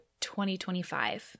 2025